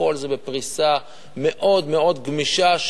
הכול זה בפריסה מאוד מאוד גמישה,